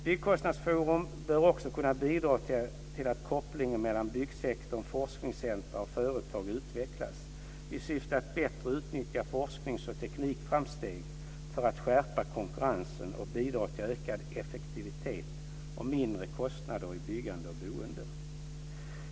Byggkostnadsforum bör också kunna bidra till att kopplingen mellan byggsektorn, forskningscentrum och företag utvecklas i syfte att bättre utnyttja forsknings och teknikframsteg för att skärpa konkurrensen och bidra till ökad effektivitet och lägre kostnader i byggande och boende.